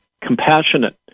compassionate